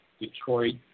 Detroit